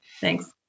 Thanks